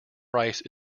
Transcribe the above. rice